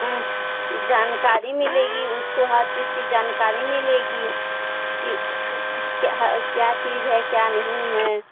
हाँ जानकारी मिलेगी उसको हर चीज़ की जानकारी मिलेगी कि वह क्या है क्या चीज़ है क्या नहीं है